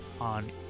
on